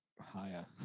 higher